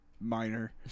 minor